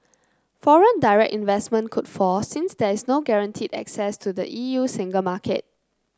foreign direct investment could fall since there is no guaranteed access to the E U single market